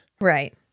Right